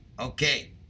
Okay